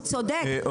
הוא צודק,